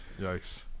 Yikes